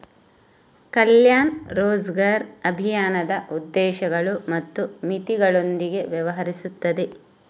ಕಲ್ಯಾಣ್ ರೋಜ್ಗರ್ ಅಭಿಯಾನದ ಉದ್ದೇಶಗಳು ಮತ್ತು ಮಿತಿಗಳೊಂದಿಗೆ ವ್ಯವಹರಿಸುತ್ತದೆ